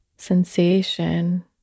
sensation